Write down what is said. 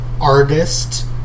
artist